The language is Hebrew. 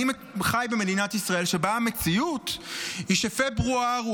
אני חי במדינת ישראל שבה המציאות היא שפברואר הוא